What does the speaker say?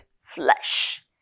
flesh